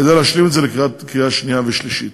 כדי להשלים את זה לקריאה שנייה ושלישית.